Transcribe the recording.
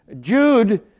Jude